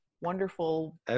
wonderful